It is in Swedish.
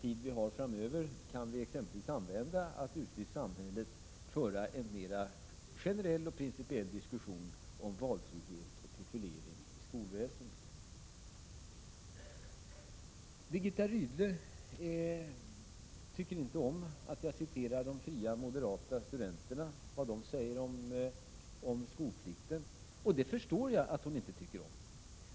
Tiden framöver kan vi exempelvis använda till att ute i samhället föra en mer generell och principiell diskussion om valfriheten och profileringen i skolväsendet. Birgitta Rydle tycker inte om att jag citerar vad de fria moderata studenterna säger om skolplikten. Jag förstår att hon inte tycker om det.